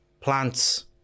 plants